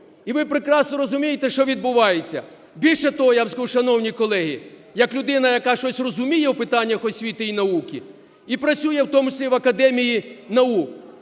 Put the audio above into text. І ви прекрасно розумієте, що відбувається. Більше того я вам скажу, шановні колеги, як людина, яка щось розуміє в питаннях освіти і науки і працює в тому числі в Академії наук.